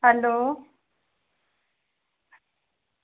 hello